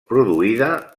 produïda